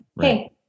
hey